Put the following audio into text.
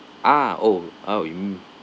ah oh oh mm